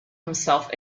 himself